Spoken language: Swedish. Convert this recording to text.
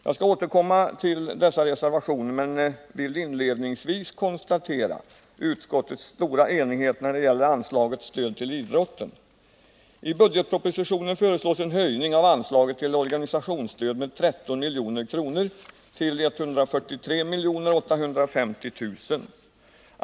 Jag skall återkomma till dessa reservationer men vill inledningsvis konstatera utskottets stora enighet när det gäller anslaget Stöd till idrotten. I budgetpropositionen föreslås en höjning av anslaget till organisationsstöd med 13 milj.kr. till 143 850 000 kr.